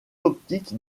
optique